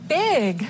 big